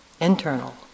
internal